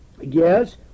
Yes